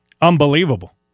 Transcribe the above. Unbelievable